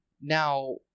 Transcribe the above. Now